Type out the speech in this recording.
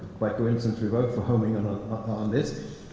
quite coincidence we both were homing and on on this.